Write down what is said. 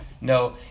No